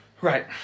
Right